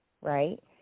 right